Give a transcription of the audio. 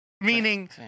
meaning